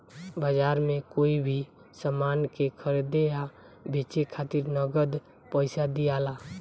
बाजार में कोई भी सामान के खरीदे आ बेचे खातिर नगद पइसा दियाला